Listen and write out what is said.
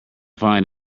find